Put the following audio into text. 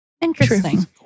Interesting